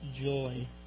joy